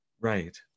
right